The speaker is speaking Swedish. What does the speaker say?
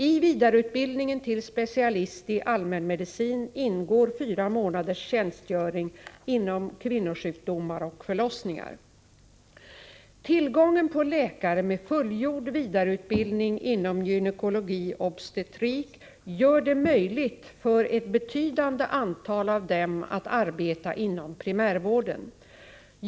I vidareutbildningen till specialist i allmänmedicin ingår fyra månaders tjänstgöring inom kvinnosjukdomar och förlossningar. Tillgången på läkare med fullgjord vidareutbildning inom gynekologi/ obstetrik gör det möjligt för ett betydande antal av dem att arbeta inom primärvården.